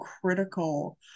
critical